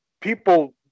people